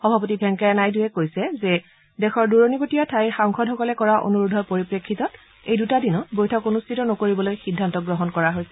সভাপতি ভেংকায়া নাইডুৱে কৈছে যে দেশৰ দূৰণীবতীয়া ঠাইৰ সাংসদসকলে কৰা অনুৰোধৰ পৰিপ্ৰেক্ষিতত এই দুদিনত বৈঠক অনুষ্ঠিত নকৰিবলৈ সিদ্ধান্ত গ্ৰহণ কৰা হৈছে